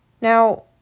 Now